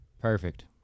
Perfect